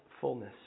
fullness